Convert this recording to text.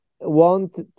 want